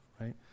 Right